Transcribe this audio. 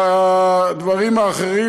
בדברים אחרים,